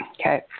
Okay